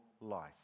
life